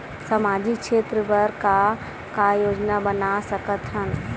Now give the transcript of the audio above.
सामाजिक क्षेत्र बर का का योजना बना सकत हन?